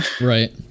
right